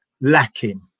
lacking